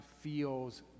feels